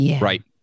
Right